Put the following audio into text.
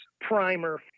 primer